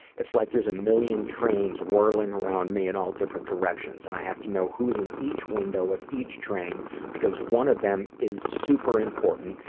it's like there's a million trains whirling around me in all different directions and i have to know who's in each window of each train because one of them is super important,